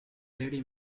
lady